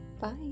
bye